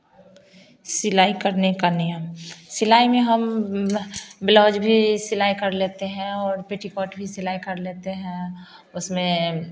सिलाई करने का नियम सिलाई में हम ब्लाउज भी सिलाई कर लेते हैं और पेटीकोट भी सिलाई कर लेते हैं उसमें